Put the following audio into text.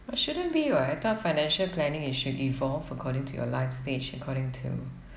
but shouldn't be [what] I thought financial planning it should evolve according to your life stage according to